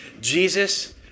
Jesus